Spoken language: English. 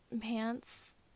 pants